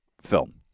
film